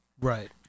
Right